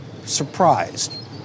surprised